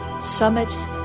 summits